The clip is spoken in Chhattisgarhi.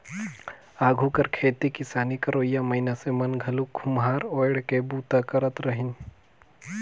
आघु कर खेती किसानी करोइया मइनसे मन घलो खोम्हरा ओएढ़ के बूता करत रहिन